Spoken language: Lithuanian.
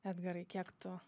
edgarai kiek tu